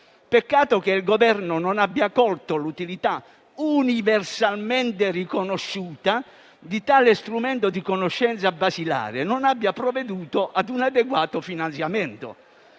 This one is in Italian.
Peccato che il Governo non abbia colto l'utilità universalmente riconosciuta di tale strumento di conoscenza basilare e non abbia provveduto a un adeguato finanziamento.